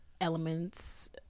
elements